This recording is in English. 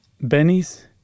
Benny's